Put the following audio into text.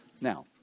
Now